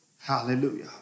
Hallelujah